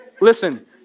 listen